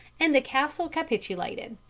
and the castle capitulated.